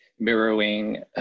mirroring